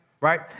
right